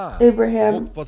Abraham